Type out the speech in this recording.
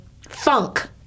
funk